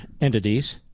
entities